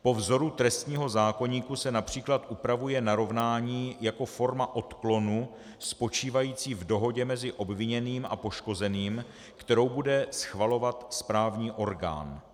Po vzoru trestního zákoníku se např. upravuje narovnání jako forma odklonu spočívající v dohodě mezi obviněným a poškozeným, kterou bude schvalovat správní orgán.